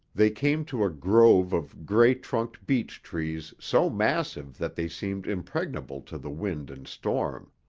they came to a grove of gray-trunked beech trees so massive that they seemed impregnable to the wind and storm.